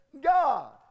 God